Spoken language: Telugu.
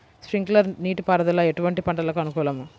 స్ప్రింక్లర్ నీటిపారుదల ఎటువంటి పంటలకు అనుకూలము?